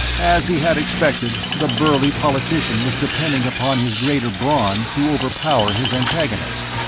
as he had expected, the burly politician was depending upon his greater brawn to overpower his antagonist.